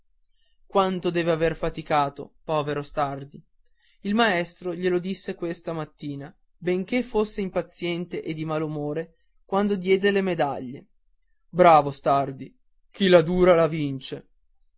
quanto deve aver faticato povero stardi il maestro glielo disse questa mattina benché fosse impaziente e di malumore quando diede le medaglie bravo stardi chi la dura la vince